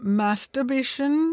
masturbation